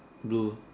blue